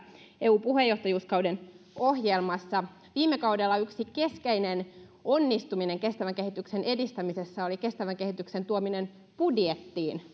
eu puheenjohtajuuskauden ohjelmassa viime kaudella yksi keskeinen onnistuminen kestävän kehityksen edistämisessä oli kestävän kehityksen tuominen budjettiin